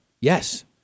yes